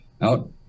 out